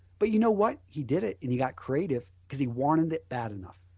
but you know what he did it and he got creative because he wanted it bad enough.